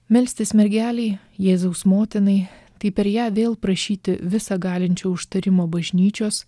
melstis mergelei jėzaus motinai tai per ją vėl prašyti visa galinčio užtarimo bažnyčios